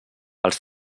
els